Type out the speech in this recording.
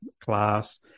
class